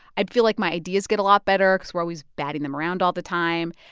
i feel like my ideas get a lot better because we're always batting them around all the time.